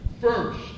first